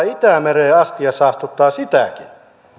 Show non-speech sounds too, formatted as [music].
[unintelligible] itämereen asti ja saastuttaa sitäkin